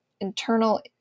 internal